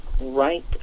right